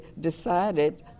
decided